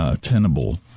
Tenable